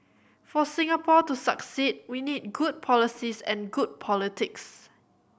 for Singapore to succeed we need good policies and good politics